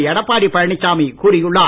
எடப்பாடி பழனிசாமி கூறியுள்ளார்